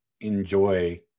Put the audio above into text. enjoy